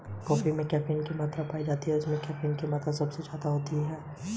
विभिन्न वाणिज्यिक बैंक अपना पैसा रिज़र्व बैंक के ख़ज़ाने में जमा करते हैं